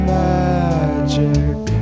magic